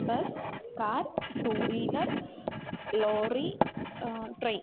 bus car two wheeler lorry train